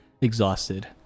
exhausted